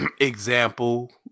example